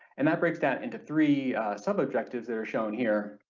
and that breaks down into three sub-objectives that are shown here.